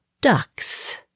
ducks